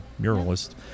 muralist